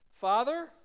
Father